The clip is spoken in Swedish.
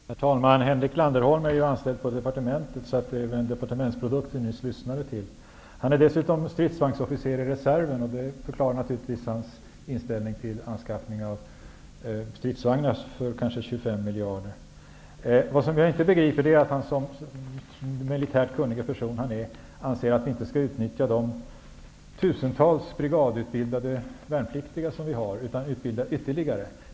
Herr talman! Henrik Landerholm är ju anställd på departementet, så det var väl en departementsprodukt som vi nyss lyssnade till. Han är dessutom stridsvagnsofficer i reserven, och det förklarar hans inställning till anskaffning av stridsvagnar för kanske 25 miljarder kronor. Vad jag inte begriper är att han som den militärt kunnige person han är anser att man inte skall utnyttja de tusentals brigadutbildade värnpliktiga som vi har, utan skall utbilda flera sådana.